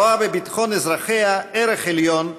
הרואה בביטחון אזרחיה ערך עליון,